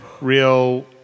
real